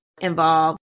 involve